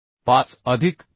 5 अधिक 13